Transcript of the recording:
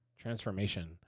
Transformation